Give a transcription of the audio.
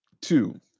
Two